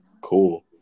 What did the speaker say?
Cool